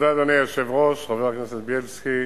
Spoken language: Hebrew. אדוני היושב-ראש, תודה, חבר הכנסת בילסקי,